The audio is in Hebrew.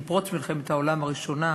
עם פרוץ מלחמת העולם הראשונה,